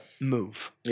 move